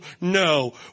no